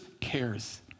cares